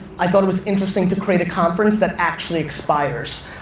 i thought it was interesting to create a conference that actually expires.